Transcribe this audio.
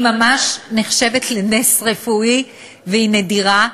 היא ממש נחשבת לנס רפואי, והיא נדירה,